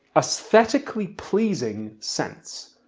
aesthetically pleasing scents.